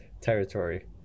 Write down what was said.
territory